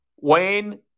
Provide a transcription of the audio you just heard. Wayne